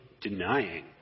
denying